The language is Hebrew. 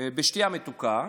של משקאות מתוקים.